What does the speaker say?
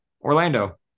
Orlando